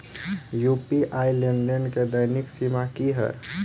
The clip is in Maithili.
यु.पी.आई लेनदेन केँ दैनिक सीमा की है?